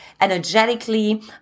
energetically